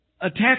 attach